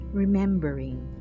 Remembering